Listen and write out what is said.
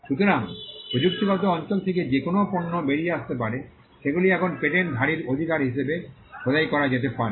সুতরাং প্রযুক্তিগত অঞ্চল থেকে যে কোনও পণ্য বেরিয়ে আসতে পারে সেগুলি এখন পেটেন্টধারীর অধিকার হিসাবে খোদাই করা যেতে পারে